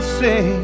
say